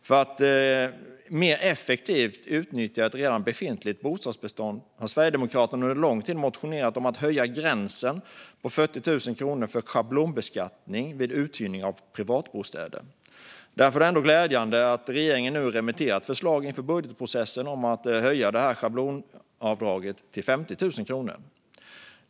För att mer effektivt utnyttja ett redan befintligt bostadsbestånd har Sverigedemokraterna har under lång tid motionerat om att höja gränsen på 40 000 kronor för schablonbeskattning vid uthyrning av privatbostäder. Därför är det ändå glädjande att regeringen nu remitterar ett förslag inför budgetprocessen om att höja schablonavdraget till 50 000 kronor.